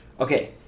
okay